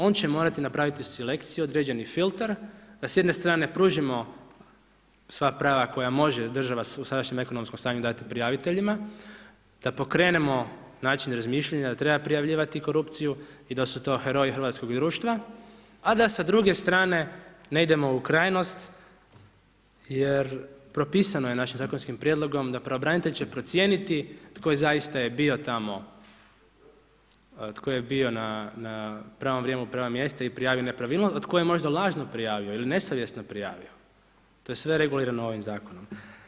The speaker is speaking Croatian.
On će morati napraviti selekciju, određeni filter, a s jedne strane pružimo svoja prava, koja može država sa sadašnjem ekonomskom stanju dati prijaviteljima, da pokrenemo način razmišljanja da treba prijavljivati korupciju i da su to heroji hrvatskoga društva a da sa druge strane ne idemo u krajnost jer propisano je našim zakonskim prijedlogom da će pravobranitelj procijeniti tko je zaista bio tamo, tko je bio u pravo vrijeme na pravom mjestu i prijavio nepravilnost, tko je možda lažno prijavio ili nesavjesno prijavio, to je sve regulirano ovim zakonom.